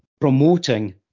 promoting